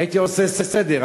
הייתי עושה סדר.